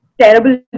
terrible